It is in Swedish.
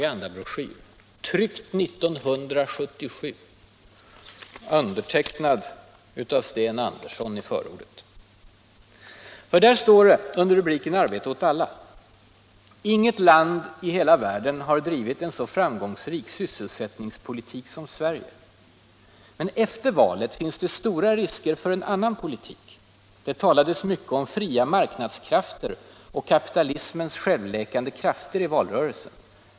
”Inget land i hela världen har drivit en så framgångsrik sysselsättningspolitik som Sverige. --- Efter valet finns det stora risker för en annan politik. Det talades mycket om fria marknadskrafter och kapitalismens självläkande krafter i valrörelsen.